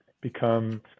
become